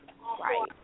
Right